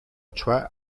cioè